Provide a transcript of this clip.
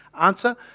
Answer